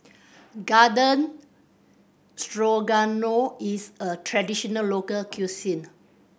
Garden Strogano is a traditional local cuisine